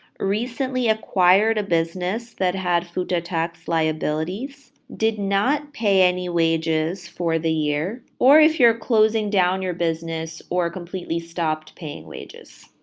recently acquired a business that had futa tax liabilities, did not pay any wages for the year, or if you're closing down your business or completely stopped paying wages.